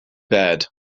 bad